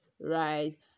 right